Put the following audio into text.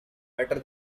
better